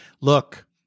look